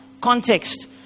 context